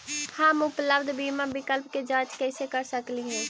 हम उपलब्ध बीमा विकल्प के जांच कैसे कर सकली हे?